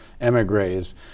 emigres